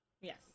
Yes